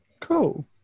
Cool